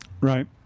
Right